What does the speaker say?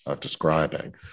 describing